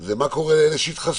הוא מה קורה עם אלה שהתחסנו,